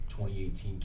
2018